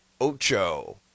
ocho